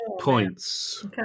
points